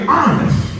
honest